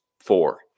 four